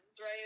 right